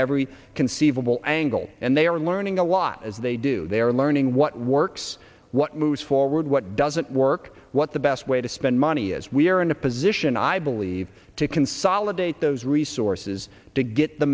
every conceivable angle and they are learning a lot as they do they are learning what works what moves forward what doesn't work what the best way to spend money is we're in a position i believe to consolidate those